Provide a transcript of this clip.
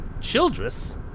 Childress